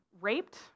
raped